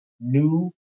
new